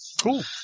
Cool